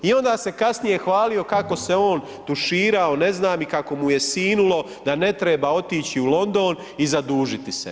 I onda se kasnije hvalio kako se on tuširao ne znam i kako mu je sinulo da ne treba otići u London i zadužiti se.